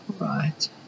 Right